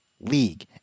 league